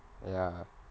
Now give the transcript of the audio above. ya